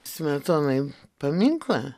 smetonai paminklą